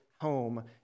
home